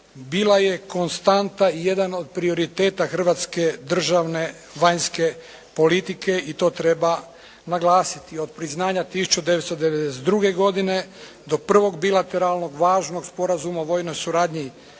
bila je konstanta i jedan od prioriteta hrvatske državne vanjske politike i to treba naglasiti, od priznanja 1992. godine, do prvog bilateralnog važnog Sporazuma o vojnoj suradnji, točno